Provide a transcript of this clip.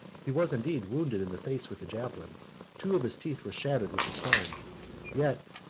he was indeed wounded in the face with a javelin two of his teeth were shattered with a stone yet,